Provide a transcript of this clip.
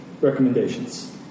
recommendations